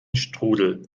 strudel